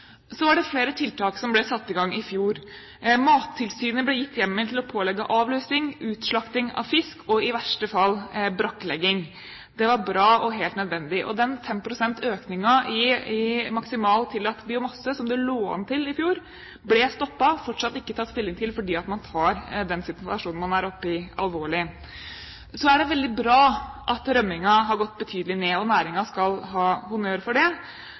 Så var det flere tiltak som ble satt i gang i fjor. Mattilsynet ble gitt hjemmel til å pålegge avlusing, utslakting av fisk og i verste fall brakklegging. Det var bra og helt nødvendig. Den 5 pst. økningen i maksimal tillatt biomasse, som det lå an til i fjor, ble stoppet, og den er fortsatt ikke tatt stilling til fordi man tar den situasjonen man er oppe i, alvorlig. Så er det veldig bra at rømmingen har gått betydelig ned, og næringen skal ha honnør for det.